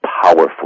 powerful